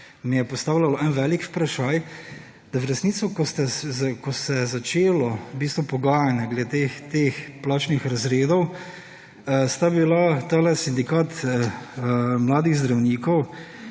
mi je postavljalo en velik vprašaj, da v resnici, ko se je začelo v bistvu pogajanje glede teh plačnih razredov, sta bila tale sindikat mladih zdravnikov